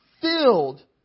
filled